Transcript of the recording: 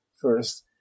first